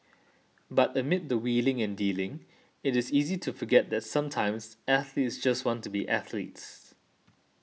but amid the wheeling and dealing it is easy to forget that sometimes athletes just want to be athletes